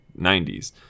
90s